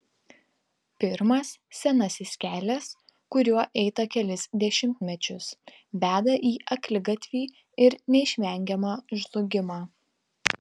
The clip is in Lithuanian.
pirmas senasis kelias kuriuo eita kelis dešimtmečius veda į akligatvį ir neišvengiamą žlugimą